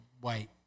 white